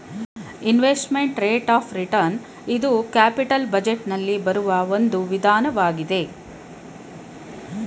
investment rate of return ಇದು capital budget ನಲ್ಲಿ ಬರುವ ಒಂದು ವಿಧಾನ ಆಗಿದೆ